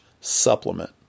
supplement